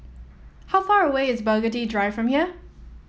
how far away is Burgundy Drive from here